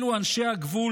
אלו אנשי הגבול,